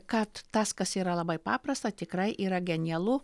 kad tas kas yra labai paprasta tikrai yra genialu